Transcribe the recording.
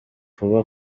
vuba